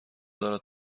دارد